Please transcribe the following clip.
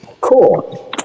cool